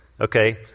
Okay